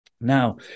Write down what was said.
Now